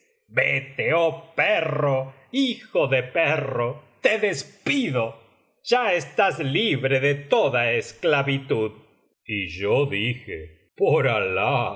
vete oh perro hijo de perro te despido ya estás libre de toda esclavitud y yo dije por